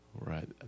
right